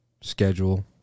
schedule